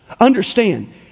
Understand